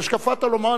שהשקפת עולמו,